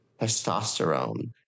testosterone